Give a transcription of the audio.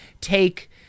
take